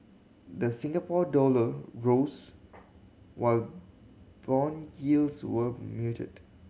the Singapore dollar rose while bond yields were muted